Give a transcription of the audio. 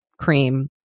cream